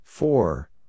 Four